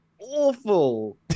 Awful